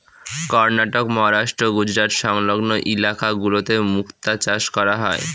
কর্ণাটক, মহারাষ্ট্র, গুজরাট সংলগ্ন ইলাকা গুলোতে মুক্তা চাষ করা হয়